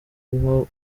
ngo